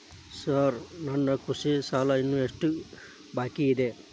Sir ನನ್ನ ಕೃಷಿ ಸಾಲ ಇನ್ನು ಎಷ್ಟು ಬಾಕಿಯಿದೆ?